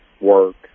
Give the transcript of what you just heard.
work